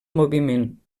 moviment